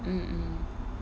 mm